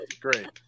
Great